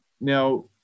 now